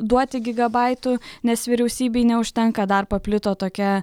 duoti gigabaitų nes vyriausybei neužtenka dar paplito tokia